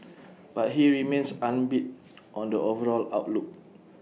but he remains upbeat on the overall outlook